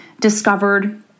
discovered